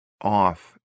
off